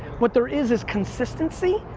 what there is is consistency,